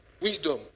wisdom